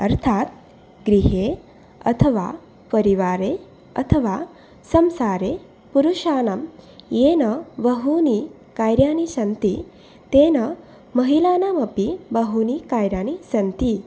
अर्थात् गृहे अथवा परिवारे अथवा संसारे पुरुषाणां येन बहूनि कार्याणि सन्ति तेन महिलानाम् अपि बहूनि कार्याणि सन्ति